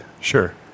Sure